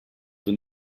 when